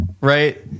right